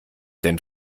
denn